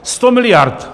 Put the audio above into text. Sto miliard!